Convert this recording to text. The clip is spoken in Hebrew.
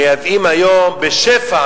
מייבאים היום בשפע.